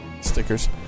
stickers